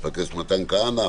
מתן כהנא,